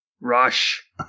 Rush